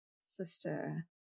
Sister